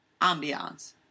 Ambiance